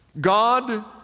God